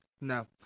No